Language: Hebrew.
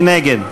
מי נגד?